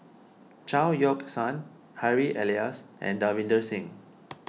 Chao Yoke San Harry Elias and Davinder Singh